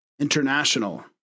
International